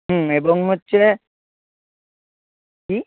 হুম এবং হচ্ছে কী